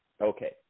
Okay